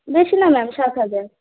বেশি না ম্যাম সাত হাজার